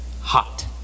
hot